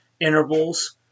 intervals